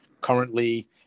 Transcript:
currently